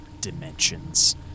dimensions